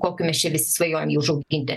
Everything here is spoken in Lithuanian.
kokiu mes čia visi svajojam jį užauginti